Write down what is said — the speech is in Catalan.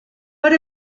per